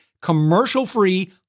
commercial-free